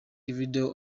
video